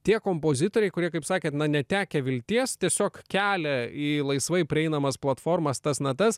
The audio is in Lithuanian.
tie kompozitoriai kurie kaip sakėt na netekę vilties tiesiog kelią į laisvai prieinamas platformas tas natas